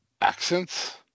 accents